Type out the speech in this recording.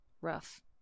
Rough